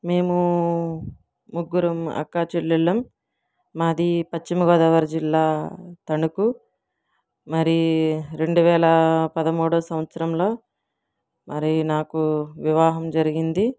మేము ముగ్గురం అక్కాచెల్లెళ్ళం మాది పశ్చిమ గోదావరి జిల్లా తణుకు మరి రెండువేల పదమూడవ సంవత్సరంలో మరి నాకు వివాహం జరిగింది